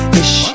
ish